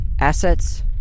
assets